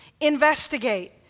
investigate